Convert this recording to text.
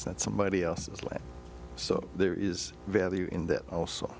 said somebody else's land so there is value in that also